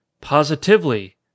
Positively